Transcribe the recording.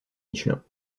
michelin